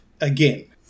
again